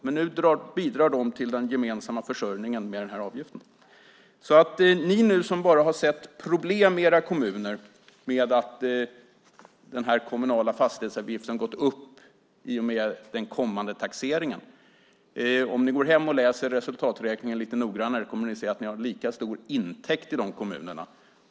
Men nu bidrar dessa till den gemensamma försörjningen med avgiften. Ni som bara har sett problem i era kommuner med att den kommunala fastighetsavgiften går upp i och med den kommande taxeringen, läs resultaträkningen lite noggrannare, och ni kommer att se att ni har en lika stor intäkt i kommunen.